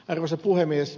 arvoisa puhemies